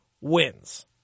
wins